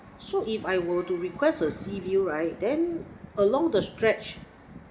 so if I would to request a sea view right then along the stretch